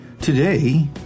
Today